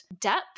depth